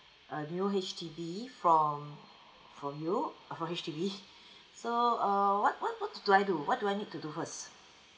a new H_D_B from from you from H_D_B so uh what what do I do what do I need to do first